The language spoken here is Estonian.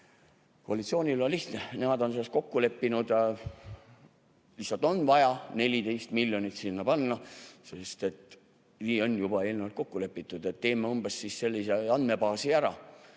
Koalitsioonil on lihtne, nemad on selles kokku leppinud. Lihtsalt on vaja 14 miljonit sinna panna, sest nii on juba eelnevalt kokku lepitud, et teeme umbes sellise andmebaasi ära,